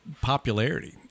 popularity